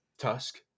tusk